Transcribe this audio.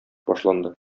башланды